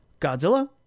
Godzilla